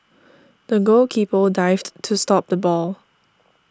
the goalkeeper dived to stop the ball